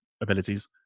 abilities